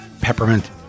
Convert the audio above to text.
peppermint